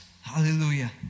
hallelujah